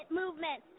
movement